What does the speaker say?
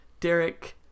Derek